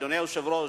אדוני היושב-ראש,